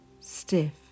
stiff